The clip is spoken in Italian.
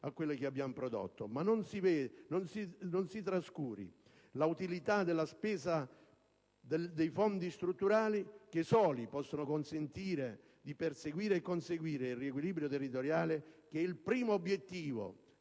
a quelle che abbiamo prodotto. Non si trascuri tuttavia l'utilità della spesa dei fondi strutturali, che soli possono consentire di perseguire e conseguire il riequilibrio territoriale, che è il primo obiettivo